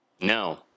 No